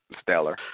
stellar